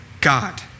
God